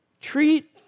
Treat